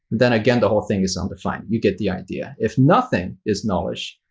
then, again, the whole thing is undefined. you get the idea. if nothing is nullish,